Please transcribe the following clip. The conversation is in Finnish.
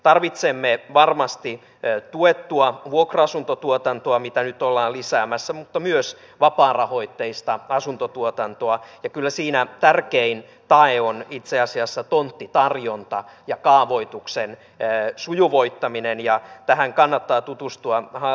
tarvitsemme varmasti tuettua vuokra asuntotuotantoa mitä nyt ollaan lisäämässä mutta myös vapaarahoitteista asuntotuotantoa ja kyllä siinä tärkein tae on itse asiassa tonttitarjonta ja kaavoituksen sujuvoittaminen